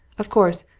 of course,